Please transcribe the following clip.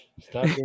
Stop